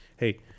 Hey